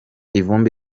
ivumbi